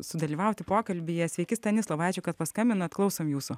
sudalyvauti pokalbyje sveiki stanislovai ačiū kad paskambinot klausom jūsų